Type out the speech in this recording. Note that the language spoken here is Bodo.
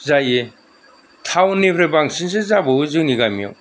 जायो टावननिफ्राय बांसिनसो जाबावो जोंनि गामियाव